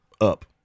Up